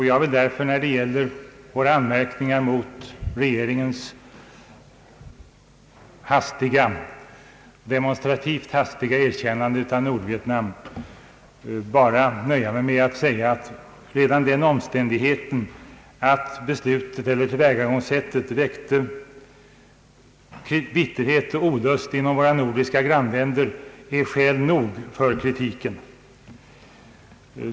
Jag vill därför när det gäller våra anmärkningar mot regeringens demonstrativt hastiga erkännande av Nordvietnam nöja mig med att säga att redan den omständigheten att tillvägagångssättet väckte bitterhet och olust inom våra nordiska grannländer är skäl nog för kritiken.